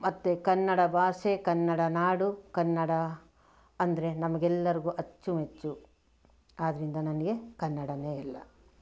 ಮತ್ತೆ ಕನ್ನಡ ಭಾಷೆ ಕನ್ನಡ ನಾಡು ಕನ್ನಡ ಅಂದರೆ ನಮಗೆಲ್ಲರಿಗೂ ಅಚ್ಚುಮೆಚ್ಚು ಆದ್ದರಿಂದ ನನಗೆ ಕನ್ನಡವೇ ಎಲ್ಲ